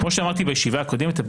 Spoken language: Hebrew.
כמו שאמרתי בישיבה הקודמת,